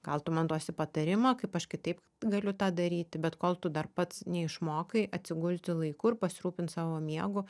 gal tu man duosi patarimą kaip aš kitaip galiu tą daryti bet kol tu dar pats neišmokai atsigulti laiku ir pasirūpint savo miegu